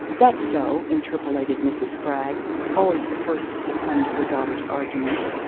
that's so, interpolated mrs. spragg always the first to succumb to her daughter's arguments.